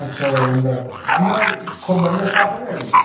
अच्छा ये अंदर अन्दर ख़ूब बढ़िया साफ़ हो जाएगी